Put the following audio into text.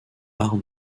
art